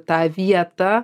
tą vietą